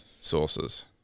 sources